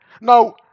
Now